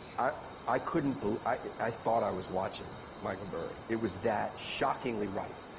i i couldn't, but i thought i was watching michael burry. it was that shockingly right,